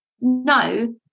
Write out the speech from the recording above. No